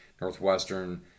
Northwestern